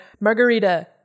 margarita